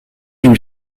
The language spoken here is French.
une